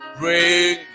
bring